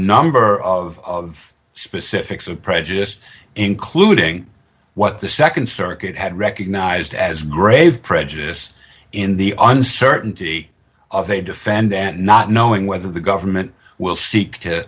number of specifics of prejudiced including what the nd circuit had recognized as grave prejudice in the uncertainty of a defendant not knowing whether the government will seek to